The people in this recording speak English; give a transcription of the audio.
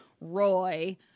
Roy